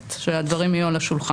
מחדדת שהדברים יהיו על השולחן.